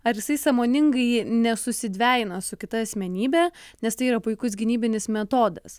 ar jisai sąmoningai nesusidvejina su kita asmenybe nes tai yra puikus gynybinis metodas